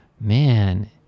Man